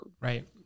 Right